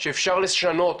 שאפשר לשנות,